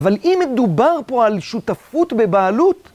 אבל אם מדובר פה על שותפות בבעלות,